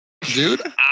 dude